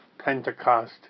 Pentecost